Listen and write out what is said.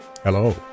Hello